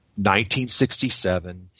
1967 –